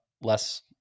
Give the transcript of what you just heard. less